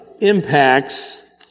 impacts